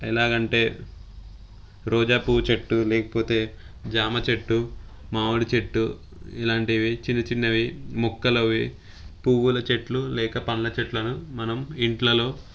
ఎలాగంటే రోజా పువ్వు చెట్టు లేకపోతే జామ చెట్టు మామిడి చెట్టు ఇలాంటివి చిన్న చిన్నవి మొక్కలవి పువ్వుల చెట్లు లేక పళ్ళ చెట్లను మనం ఇండ్లలో